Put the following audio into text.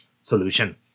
solution